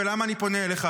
ולמה אני פונה אליך,